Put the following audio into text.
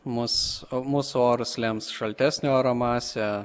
mus o mūsų orus lems šaltesnio oro masė